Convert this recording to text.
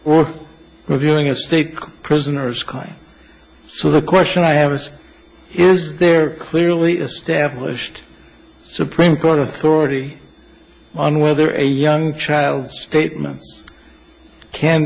or reviewing a state prisoners kind so the question i have is is there clearly established supreme court authority on whether a young child statements can